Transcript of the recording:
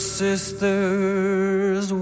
sisters